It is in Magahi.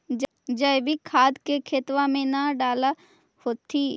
जैवीक खाद के खेतबा मे न डाल होथिं?